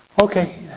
Okay